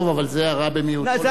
הרי אין כאן,